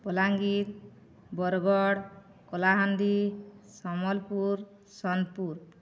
Balangir Bargarh Kalahandi Sambalpur Sonepur